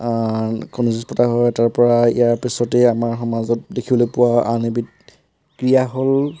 কণী যুঁজ পতা হয় তাৰ পৰা ইয়াৰ পিছতেই আমাৰ সমাজত দেখিবলৈ পোৱা আন এবিধ ক্ৰীড়া হ'ল